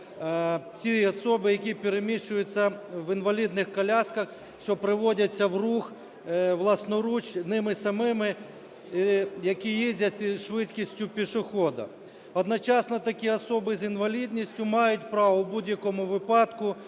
ті особи, які переміщуються в інвалідних колясках, що приводяться в рух власноруч ними самими, які їздять із швидкістю пішохода. Одночасно такі особи з інвалідністю мають право у будь-якому випадку